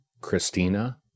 Christina